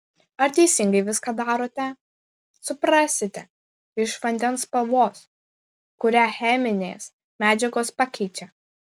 ar teisingai viską darote suprasite iš vandens spalvos kurią cheminės medžiagos pakeičia